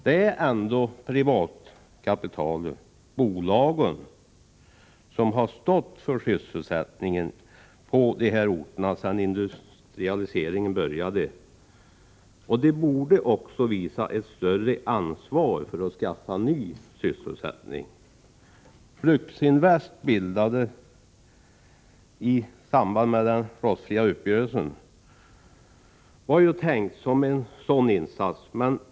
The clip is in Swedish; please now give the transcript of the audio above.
Det är privatkapitalet, bolagen, som har stått för sysselsättningen på dessa orter sedan industrialiseringen började, och bolaget borde visa ett större ansvar för att skaffa ny sysselsättning. Bruksinvest bildades i samband med uppgörelsen om tillverkningen av rostfritt stål och var ju tänkt som en insats för fler arbetstillfällen.